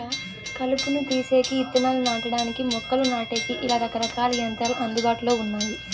కలుపును తీసేకి, ఇత్తనాలు నాటడానికి, మొక్కలు నాటేకి, ఇలా రకరకాల యంత్రాలు అందుబాటులో ఉన్నాయి